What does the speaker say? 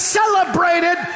celebrated